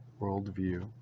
worldview